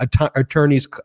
attorneys